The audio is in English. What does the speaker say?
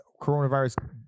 coronavirus